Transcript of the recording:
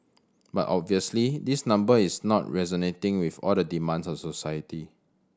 but obviously this number is not resonating with all the demands of society